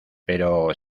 pero